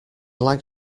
like